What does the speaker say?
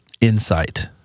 insight